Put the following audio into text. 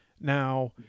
Now